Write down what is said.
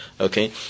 Okay